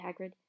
Hagrid